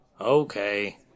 Okay